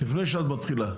לפני שאת מתחילה,